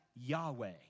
Yahweh